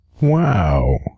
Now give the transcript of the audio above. Wow